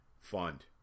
fund